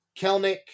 Kelnick